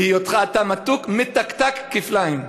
בהיותך, אתה מתקתק כפליים.